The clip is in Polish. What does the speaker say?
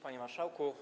Panie Marszałku!